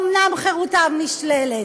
אומנם חירותם נשללת.